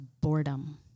boredom